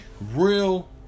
real